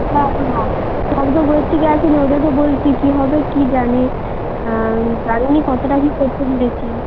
না না সব তো বইয়ের থেকে আসেনি ওটাই তো বলছি কী হবে কী জানি জানি না কতটা কী করতে পেরেছি